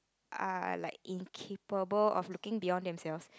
are like incapable of looking beyond themselves